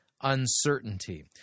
uncertainty